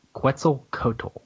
Quetzalcoatl